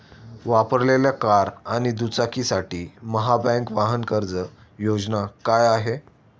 वापरलेल्या कार आणि दुचाकीसाठी महाबँक वाहन कर्ज योजना काय आहे?